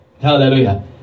Hallelujah